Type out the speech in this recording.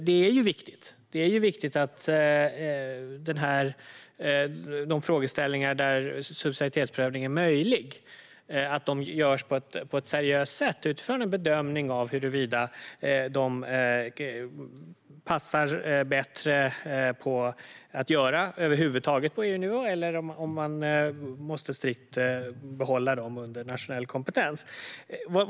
Det är viktigt att bedöma de frågor där subsidiaritetsprövning är möjlig på ett seriöst sätt utifrån om de passar bättre på EU-nivå eller om de ska behållas under nationell kompetens.